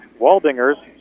Waldinger's